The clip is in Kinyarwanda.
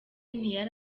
ntiyari